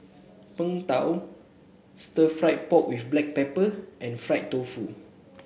Png Tao Stir Fried Pork with Black Pepper and Fried Tofu